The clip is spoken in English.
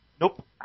Nope